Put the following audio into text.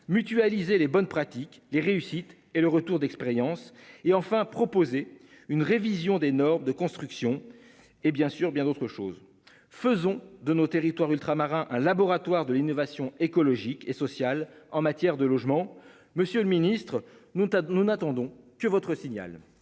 mutualiser les bonnes pratiques les réussites et le retour d'expérience et enfin proposer une révision des normes de construction et bien sûr bien d'autres choses. Faisons de nos territoires ultramarins. Un laboratoire de l'innovation, écologique et sociale, en matière de logement. Monsieur le Ministre, nous, nous n'attendons que votre signal.